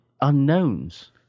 unknowns